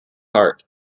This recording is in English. heart